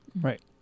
Right